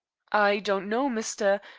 i don't know, misther,